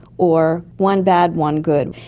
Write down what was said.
or one bad, one good.